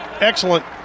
Excellent